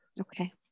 okay